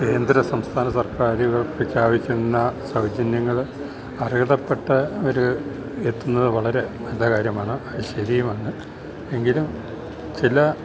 കേന്ദ്ര സംസ്ഥാന സർക്കാരുകൾ പ്രഖ്യാപിക്കുന്ന സൗജന്യങ്ങള് അർഹതപ്പെട്ടവരില് എത്തുന്നതു വളരെ നല്ല കാര്യമാണ് അതു ശരിയുമാണ് എങ്കിലും ചില